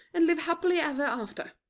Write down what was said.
and live happily ever after!